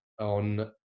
on